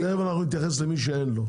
אנחנו תכף נתייחס למי שאין לו.